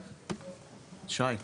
שי,